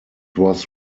was